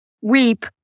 weep